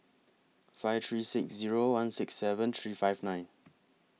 five three six Zero one six seven three five nine